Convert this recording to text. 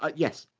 but yes,